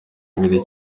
ibiri